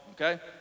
okay